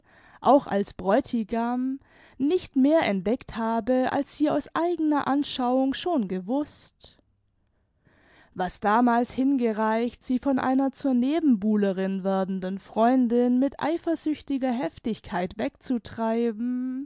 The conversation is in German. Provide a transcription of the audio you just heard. auch als bräutigam nicht mehr entdeckt habe als sie aus eigener anschauung schon gewußt was damals hingereicht sie von einer zur nebenbuhlerin werdenden freundin mit eifersüchtiger heftigkeit weg